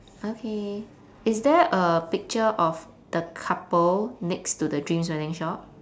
okay is there a picture of the couple next to the dreams wedding shop